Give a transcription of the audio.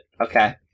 okay